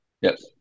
Yes